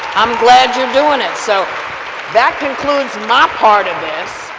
i'm glad you're doing it. so that concludes my part of this,